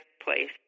place